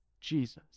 Jesus